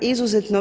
Izuzetno.